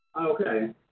Okay